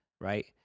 right